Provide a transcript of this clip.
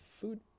food